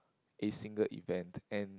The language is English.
a single event and